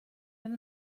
wenn